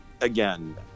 again